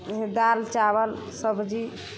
इएह दाल चावल सब्जी